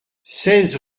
seize